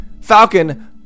Falcon